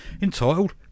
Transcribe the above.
entitled